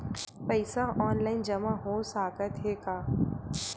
पईसा ऑनलाइन जमा हो साकत हे का?